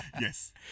Yes